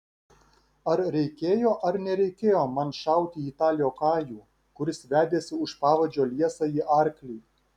ar reikėjo ar nereikėjo man šauti į tą liokajų kuris vedėsi už pavadžio liesąjį arklį